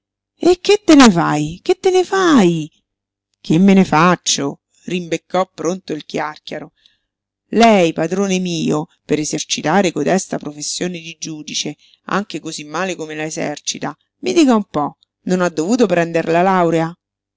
e che te ne fai che te ne fai che me ne faccio rimbeccò pronto il chiàrchiaro lei padrone mio per esercitare codesta professione di giudice anche cosí male come la esercita mi dica un po non ha dovuto prender la laurea